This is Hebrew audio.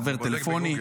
חבר טלפוני?